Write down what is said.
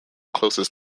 closest